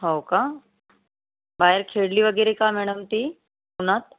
हो का बाहेर खेळली वगैरे का मॅडम ती उन्हात